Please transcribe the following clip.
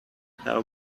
how